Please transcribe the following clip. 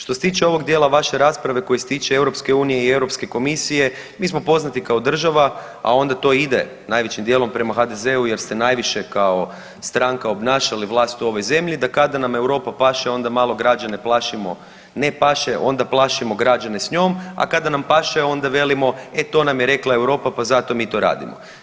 Što se tiče ovog dijela vaše rasprave koji se tiče EU i Europske komisije, mi smo poznati kao država, a onda to ide najvećim dijelom prema HDZ-u jer ste najviše kao stranka obnašali vlast u ovoj zemlji, da kada nam Europa ne paše onda malo građane plašimo građane s njom, a kada nam paše onda velimo e to nam je rekla Europa pa zato mi to radimo.